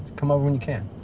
come over when you can.